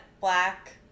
Black